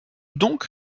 donc